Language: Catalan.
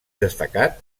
destacat